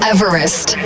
Everest